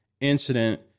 incident